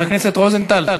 חבר הכנסת רוזנטל.